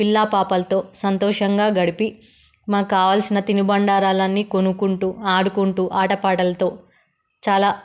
పిల్లా పాపలతో సంతోషంగా గడిపి మాకు కావాల్సిన తిను బండారాలన్నీ కొనుక్కుంటూ ఆడుకుంటూ ఆటపాటలతో చాలా